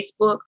Facebook